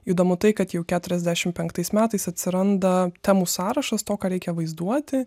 įdomu tai kad jau keturiasdešimt penktais metais atsiranda temų sąrašas to ką reikia vaizduoti